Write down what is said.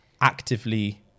actively